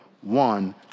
one